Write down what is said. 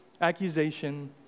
accusation